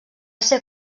ser